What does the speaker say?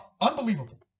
unbelievable